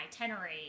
itinerary